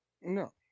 No